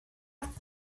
att